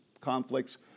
conflicts